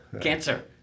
Cancer